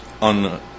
on